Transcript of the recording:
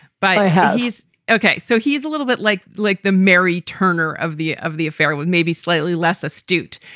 but i hope he's okay. so he is a little bit like like the mary turner of the of the affair with maybe slightly less astute.